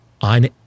on